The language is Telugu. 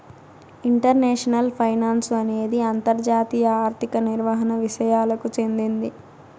ఇంటర్నేషనల్ ఫైనాన్సు అనేది అంతర్జాతీయ ఆర్థిక నిర్వహణ విసయాలకు చెందింది